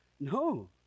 No